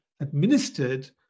administered